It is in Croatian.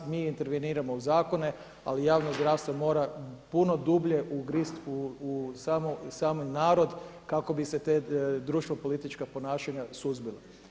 Mi interveniramo u zakone, ali javno zdravstvo mora puno dublje ugrist u sami narod kako bi se ta društveno-politička ponašanja suzbila.